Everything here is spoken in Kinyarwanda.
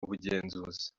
ubugenzuzi